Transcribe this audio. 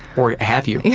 or have you? yeah